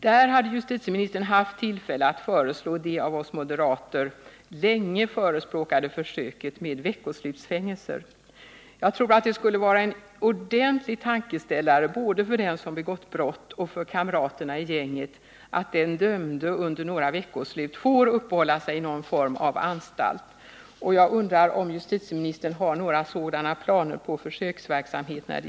Där hade justitieministern ju haft tillfälle att föreslå det av oss moderater länge förespråkade försöket med veckoslutsfängelse. Jag tror att det skulle vara en ordentlig tankeställare, både för den som begått brott och för kamraterna i gänget, om den dömde under några veckoslut måste uppehålla sig i någon form av anstalt. Jag undrar om justitieministern har några planer på sådan försöksverksamhet.